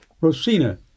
Rosina